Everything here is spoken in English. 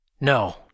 No